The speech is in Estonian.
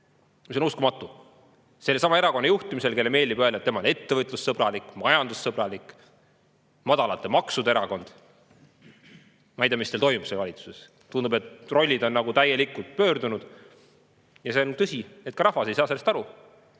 See on uskumatu! Sellesama erakonna juhtimisel, kellele meeldib öelda, et tema on ettevõtlussõbralik, majandussõbralik, madalate maksude erakond. Ma ei tea, mis teil seal valitsuses toimub. Tundub, et rollid on täielikult pöördunud. Ja see on tõsi, et ka rahvas ei saa sellest aru.